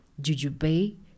jujube